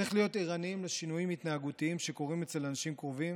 צריך להיות ערניים לשינויים התנהגותיים שקורים לאנשים קרובים